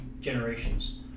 generations